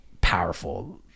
powerful